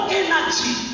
energy